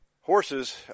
Horses